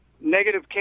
negative